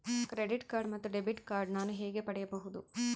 Credit card ಮತ್ತು debit card ನಾನು ಹೇಗೆ ಪಡೆಯಬಹುದು?